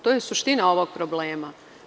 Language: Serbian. To je suština ovog problem.